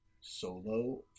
solo